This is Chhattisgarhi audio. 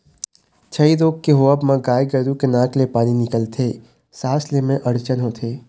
छई रोग के होवब म गाय गरु के नाक ले पानी निकलथे, सांस ले म अड़चन होथे